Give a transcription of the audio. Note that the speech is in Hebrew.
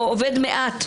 או עובד מעט,